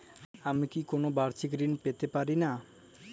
আমি কি কোন বাষিক ঋন পেতরাশুনা?